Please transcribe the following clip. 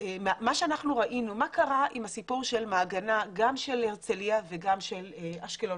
מה קרה עם הסיפור של המעגנה גם של הרצליה וגם של אשקלון,